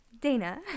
Dana